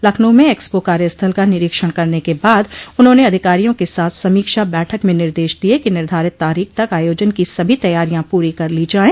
लखनऊ में एक्सपो कार्य स्थल का निरीक्षण करने के बाद उन्होंने अधिकारियों के साथ समीक्षा बैठक में निर्देश दिये कि निर्धारित तारीख तक आयोजन की सभी तैयारियां पूरी कर ली जायें